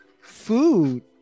Food